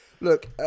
look